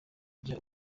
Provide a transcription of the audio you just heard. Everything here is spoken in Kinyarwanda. jya